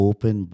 Open